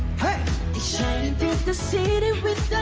hey shining through the city with